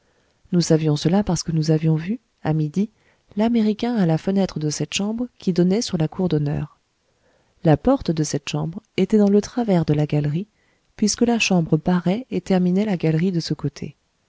nous savions cela parce que nous avions vu à midi l'américain à la fenêtre de cette chambre qui donnait sur la cour d'honneur la porte de cette chambre était dans le travers de la galerie puisque la chambre barrait et terminait la galerie de ce côté